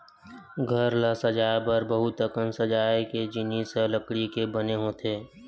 घर ल सजाए बर बहुत अकन सजाए के जिनिस ह लकड़ी के बने होथे